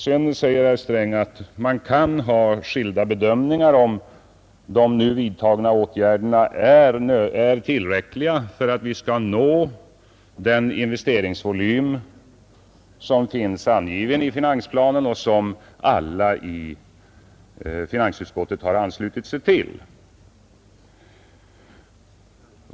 Sedan säger herr Sträng att man kan ha skilda bedömningar om huruvida de nu vidtagna åtgärderna är tillräckliga för att vi skall nå den investeringsvolym som finns angiven i finansplanen och som alla i finansutskottet anslutit sig till.